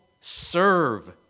serve